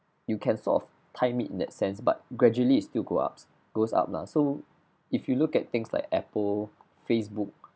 you can sort of time it in that sense but gradually it still go up goes up lah so if you look at things like Apple Facebook